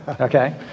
okay